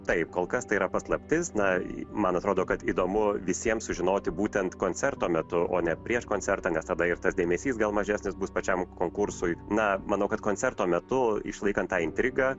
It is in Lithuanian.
taip kol kas tai yra paslaptis na man atrodo kad įdomu visiems sužinoti būtent koncerto metu o ne prieš koncertą nes tada ir tas dėmesys gal mažesnis bus pačiam konkursui na manau kad koncerto metu išlaikant tą intrigą